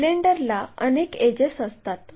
सिलेंडरला अनेक एडजेस असतात